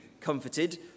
comforted